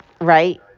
right